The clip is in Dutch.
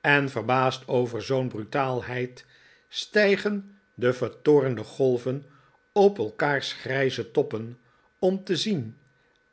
en verbaasd over zoo'n brutaalheid stijgen de vertoornde golven op elkaars grijze toppen om te zien